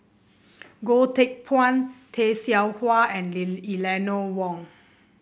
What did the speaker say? Goh Teck Phuan Tay Seow Huah and Eleanor Wong